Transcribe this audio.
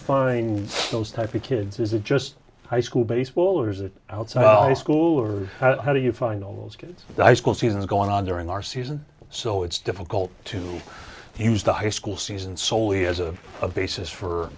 find those types of kids is it just high school baseball or is it out so well in school or how do you find all those kids die school seasons going on during our season so it's difficult to use the high school season soley as a basis for